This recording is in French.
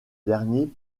dernier